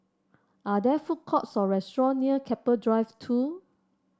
are there food courts or restaurants near Keppel Drive Two